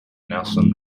nelson